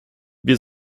wir